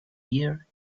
year